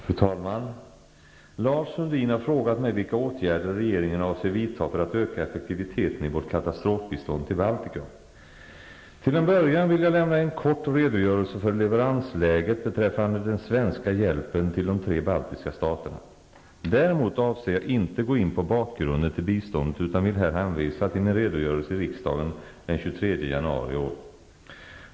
Fru talman! Lars Sundin har frågat mig vilka åtgärder regeringen avser vidta för att öka effektiviteten i vårt katastrofbistånd till Baltikum. Till en början vill jag lämna en kort redogörelse för leveransläget beträffande den svenska hjälpen till de tre baltiska staterna. Däremot avser jag inte gå in på bakgrunden till biståndet utan vill här hänvisa till min redogörelse i riksdagen den 23 januari i år.